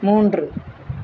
மூன்று